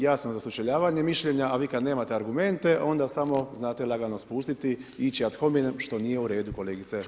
Ja sam za sučeljavanje mišljenja, a vi kada nemate argumente onda samo znate lagano spustiti i ići ad hominem što nije uredu kolegice.